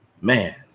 man